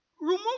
remove